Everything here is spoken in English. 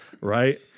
right